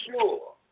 sure